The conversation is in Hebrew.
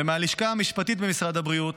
ומהלשכה המשפטית במשרד הבריאות,